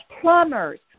plumbers